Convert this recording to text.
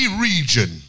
region